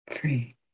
free